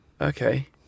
Okay